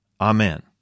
Amen